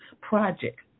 project